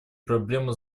проблему